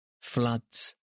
floods